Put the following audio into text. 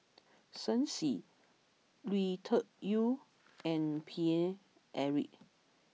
Shen Xi Lui Tuck Yew and Paine Eric